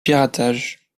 piratage